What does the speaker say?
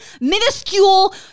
minuscule